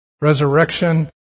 Resurrection